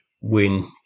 win